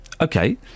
Okay